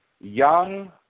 young